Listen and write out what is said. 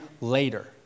later